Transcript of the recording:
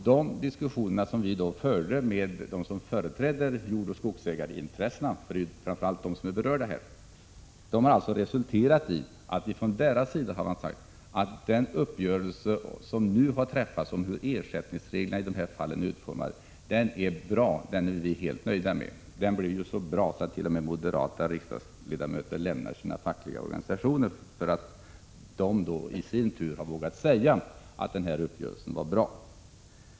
De diskussioner som har förts med dem som företräder jordoch skogsägarintressena — det är framför allt de som är berörda — har resulterat i att de sagt att den uppgörelse som träffats om utformningen av ersättningsreglerna är bra och att de är helt nöjda med den. Den är så bra att t.o.m. moderata riksdagsledamöter lämnar sina fackliga organisationer, därför att de i sin tur har vågat säga att uppgörelsen är bra.